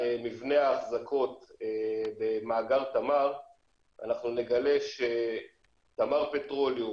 מבנה ההחזקות במאגר תמר אנחנו נגלה שתמר פטרוליום,